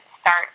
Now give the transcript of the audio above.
start